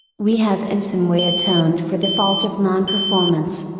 we have in some way atoned for the fault of non performance.